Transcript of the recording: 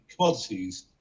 commodities